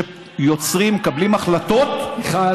שיוצרים ומקבלים החלטות, מיכל.